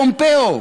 פומפאו,